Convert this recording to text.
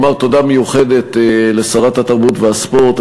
לומר תודה מיוחדת לשרת התרבות והספורט,